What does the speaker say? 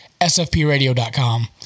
SFPradio.com